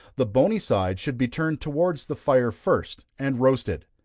the bony side should be turned towards the fire first, and roasted.